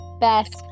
Best